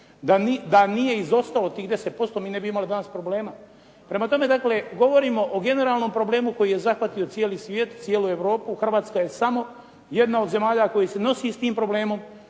Da nije izostalo tih 10% mi ne bi imali danas problema. Prema tome dakle, govorimo o generalnom problemu koji je zahvatio cijeli svijet, cijelu Europu. Hrvatska je samo jedna od zemalja koja se nosi s tim problemom